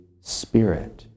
Spirit